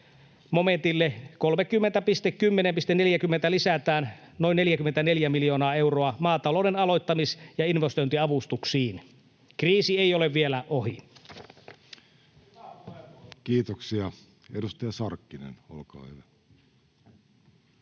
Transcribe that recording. momentille 30.10.40 lisätään noin 44 miljoonaa euroa maatalouden aloittamis- ja investointiavustuksiin. Kriisi ei ole vielä ohi. Kiitoksia. — Edustaja Sarkkinen, olkaa hyvä.